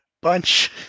bunch